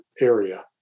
area